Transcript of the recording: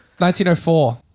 1904